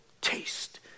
taste